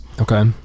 Okay